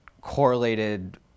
correlated